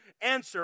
answer